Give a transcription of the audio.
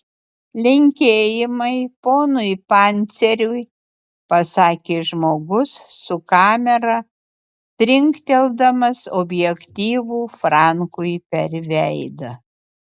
linkėjimai ponui panceriui pasakė žmogus su kamera trinkteldamas objektyvu frankui per veidą